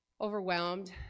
overwhelmed